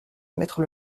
mettre